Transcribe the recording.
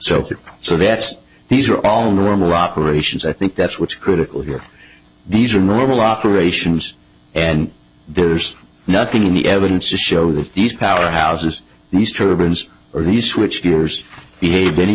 so so that's these are all normal operations i think that's what's critical here these are normal operations and there's nothing in the evidence to show that these powerhouses mr burns or the switch gears behave any